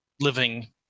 living